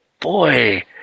Boy